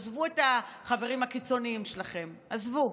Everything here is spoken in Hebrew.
עזבו את החברים הקיצונים שלכם, עזבו.